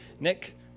Nick